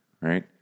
right